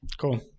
Cool